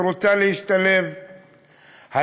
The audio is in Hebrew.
שרוצה להשתלב,